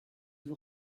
nous